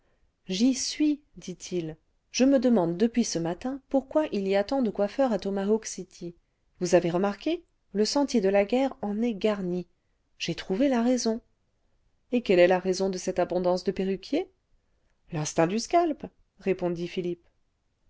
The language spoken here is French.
j'y suis dit-il je me demande depuis ce matin pourquoi il y a tant de coiffeurs à tomahawk city vous avez remarqué le sentier de la guerre en est garni j'ai trouvé la raison et quelle est la raison de cette abondance de perruquiers l'instinct du scalp répondit philippe